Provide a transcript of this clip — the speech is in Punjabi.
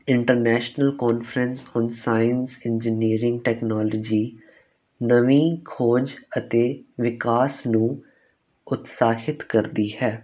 international conference on science engineering technology ਨਵੀਂ ਖੋਜ ਅਤੇ ਵਿਕਾਸ ਨੂੰ ਉਤਸਾਹਿਤ ਕਰਦੀ ਹੈ